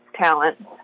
talent